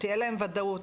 שתהיה להם וודאות.